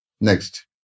Next